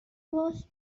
was